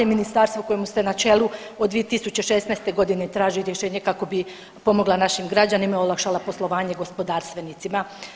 Ministarstvo kojemu ste na čelu od 2016.g. traži rješenje kako bi pomogla našim građanima i olakšala poslovanje gospodarstvenicima.